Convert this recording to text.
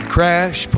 Crash